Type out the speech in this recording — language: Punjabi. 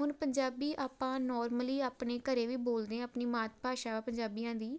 ਹੁਣ ਪੰਜਾਬੀ ਆਪਾਂ ਨੋਰਮਲੀ ਆਪਣੇ ਘਰ ਵੀ ਬੋਲਦੇ ਹਾਂ ਆਪਣੀ ਮਾਤ ਭਾਸ਼ਾ ਪੰਜਾਬੀਆਂ ਦੀ